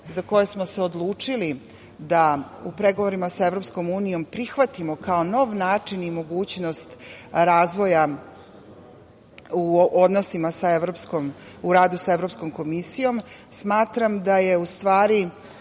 za koju smo se odlučili da u pregovorima sa EU prihvatimo kao nov način i mogućnost razvoja u radu sa Evropskom komisijom, smatram da je u stvari